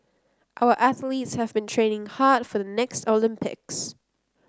our athletes have been training hard for the next Olympics